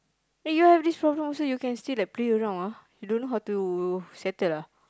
eh you have this problem also you can still like play around ah you don't know how to settle lah